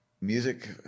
music